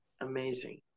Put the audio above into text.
amazing